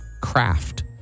craft